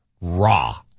Raw